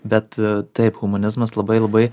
bet taip humanizmas labai labai